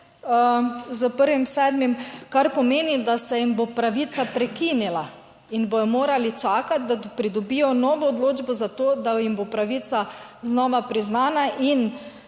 s 1. 7., kar pomeni, da se jim bo pravica prekinila in bodo morali čakati, da pridobijo novo odločbo zato, da jim bo pravica znova priznana. In